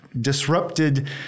disrupted